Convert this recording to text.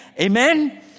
Amen